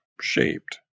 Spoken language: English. shaped